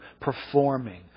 performing